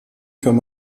kann